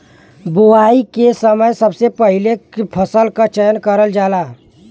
बोवाई के समय सबसे पहिले फसल क चयन करल जाला